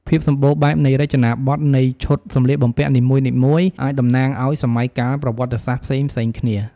ភាពសម្បូរបែបនៃរចនាបថនៃឈុតសម្លៀកបំពាក់នីមួយៗ អាចតំណាងឱ្យ សម័យកាលប្រវត្តិសាស្ត្រផ្សេងៗគ្នា។